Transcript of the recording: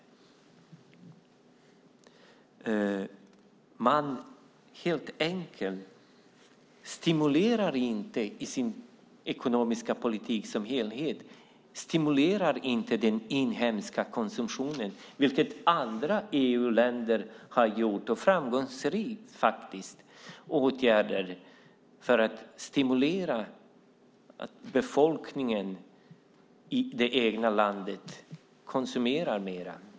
Man stimulerar helt enkelt inte i sin ekonomiska politik som helhet den inhemska konsumtionen, vilket andra EU-länder har gjort. De har faktiskt framgångsrikt vidtagit åtgärder för att stimulera befolkningen i det egna landet att konsumera mer.